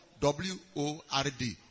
W-O-R-D